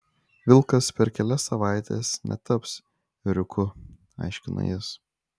vilkas per kelias savaites netaps ėriuku aiškino jis